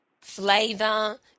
flavor